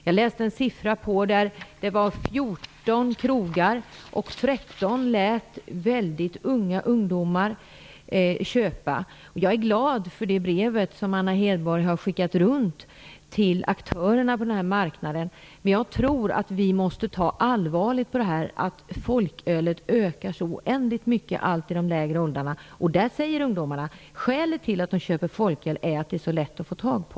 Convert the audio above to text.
Jag läste om en undersökning som visade att Jag är glad för det brev som Anna Hedborg har skickat till aktörerna på den här marknaden, men jag tror att vi måste se allvarligt på detta att konsumtionen av folköl ökar så oändligt mycket i de lägre åldrarna. Ungdomarna säger att skälet till att de köper folköl är att det är så lätt att få tag på.